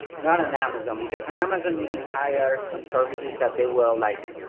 not on amazon, because and amazon, you can hire some services that they will like,